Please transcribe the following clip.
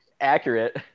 accurate